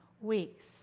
weeks